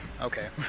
Okay